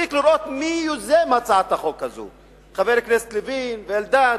מספיק לראות מי יוזמי הצעת החוק הזאת: חברי הכנסת לוין ואלדד,